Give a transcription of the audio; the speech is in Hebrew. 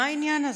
מה העניין הזה?